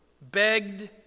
begged